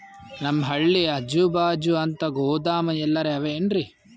ನಮ್ ಹಳ್ಳಿ ಅಜುಬಾಜು ಅಂತ ಗೋದಾಮ ಎಲ್ಲರೆ ಅವೇನ್ರಿ?